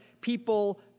people